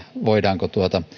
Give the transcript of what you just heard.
voidaanko